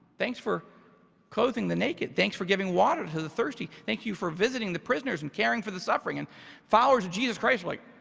thanks for clothing the naked. thanks for giving water to the thirsty. thank you for visiting the prisoners and caring for the suffering. and followers of jesus christ like,